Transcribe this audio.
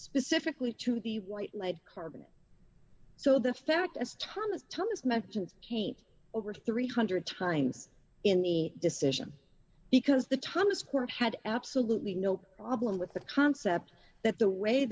specifically to the white lead carbon so the fact is thomas thomas mentioned kate over three hundred times in the decision because the thomas court had absolutely no problem with the concept that the way